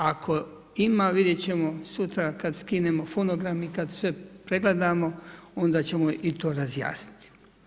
Ako, ima vidjeti ćemo sutra kad skinemo fonograme i kad sve pregledamo, onda ćemo i to razjasniti.